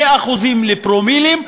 מאחוזים לפרומילים,